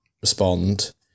respond